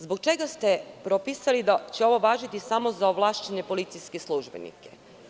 Zbog čega ste propisali da će ovo važiti samo za ovlašćene policijske službenike?